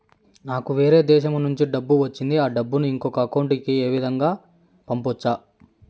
నాకు వేరే దేశము నుంచి డబ్బు వచ్చింది ఆ డబ్బును ఇంకొక అకౌంట్ ఏ విధంగా గ పంపొచ్చా?